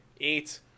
eight